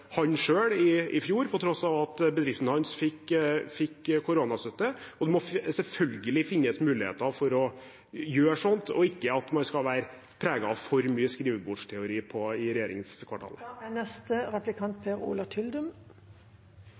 i fjor, på tross av at bedriften hans fikk koronastøtte. Det må selvfølgelig finnes muligheter for å gjøre sånt, uten at man er preget av for mye skrivebordsteori i regjeringskvartalet.